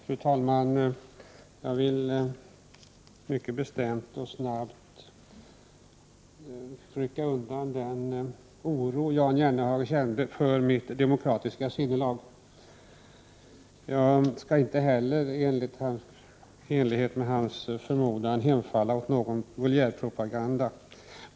Fru talman! Jag vill mycket bestämt och raskt ta bort den oro som Jan Jennehag kände för mitt demokratiska sinnelag. Jag skall inte heller, i enlighet med hans förmodan, hemfalla åt någon vulgärpropaganda.